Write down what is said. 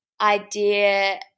idea